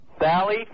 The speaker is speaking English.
Sally